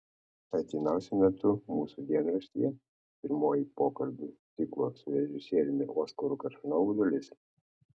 artimiausiu metu mūsų dienraštyje pirmoji pokalbių ciklo su režisieriumi oskaru koršunovu dalis